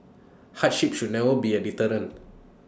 hardship should never be A deterrent